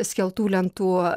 skeltų lentų